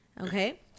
Okay